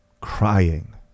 crying